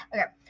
Okay